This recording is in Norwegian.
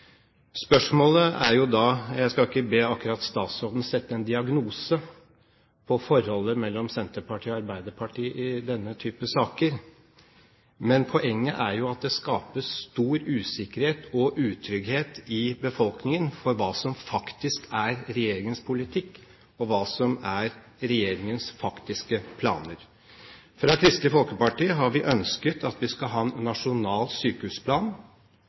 Jeg skal ikke akkurat be statsråden sette en diagnose på forholdet mellom Senterpartiet og Arbeiderpartiet i denne type saker, men poenget er jo at det skapes stor usikkerhet og utrygghet i befolkningen om hva som faktisk er regjeringens politikk, og hva som er regjeringens faktiske planer. Kristelig Folkeparti har ønsket at vi skal ha en nasjonal sykehusplan,